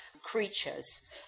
creatures